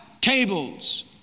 tables